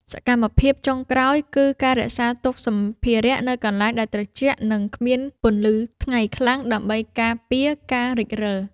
សកម្មភាពចុងក្រោយ គឺការរក្សាទុកសម្ភារៈនៅកន្លែងដែលត្រជាក់ និងគ្មានពន្លឺថ្ងៃខ្លាំង ដើម្បីការពារការរិចរិល។